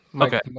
Okay